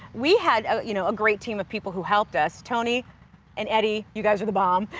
we had you know a great team of people who helped us. tony and eddie, you guys are the bomb.